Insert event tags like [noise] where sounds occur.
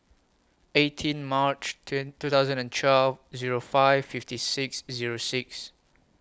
eighteen March [unintelligible] two thousand and twelve Zero five fifty six Zero six